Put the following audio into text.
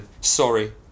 Sorry